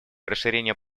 расширение